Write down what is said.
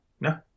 No